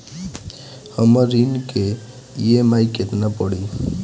हमर ऋण के ई.एम.आई केतना पड़ी?